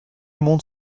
monde